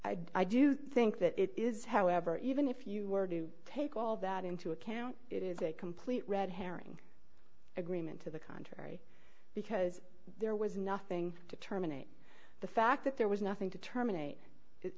estoppel i do think that it is however even if you were to take all that into account it is a complete red herring agreement to the contrary because there was nothing to terminate the fact that there was nothing to terminate it